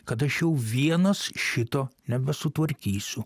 kad aš jau vienas šito nebesutvarkysiu